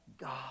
God